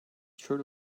sure